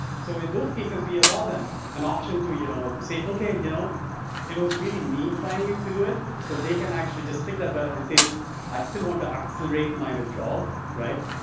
so in those cases we allow them an option to you know say okay, you know it was really me trying to do it so they can actually just click that button that says, i still want to accelerate my withdrawal right?